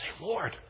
Lord